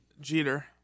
Jeter